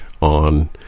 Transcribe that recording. on